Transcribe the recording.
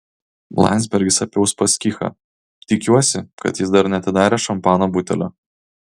landsbergis apie uspaskichą tikiuosi kad jis dar neatidarė šampano butelio